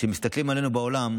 כשמסתכלים עלינו בעולם,